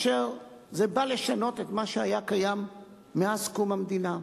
שבא לשנות את מה שהיה קיים מאז קום המדינה,